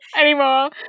anymore